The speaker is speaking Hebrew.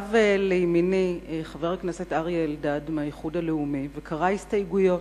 ישב לימיני חבר הכנסת אריה אלדד מהאיחוד הלאומי וקרא הסתייגויות.